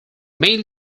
mail